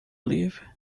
live